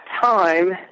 time